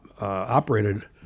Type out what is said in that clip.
operated